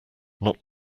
not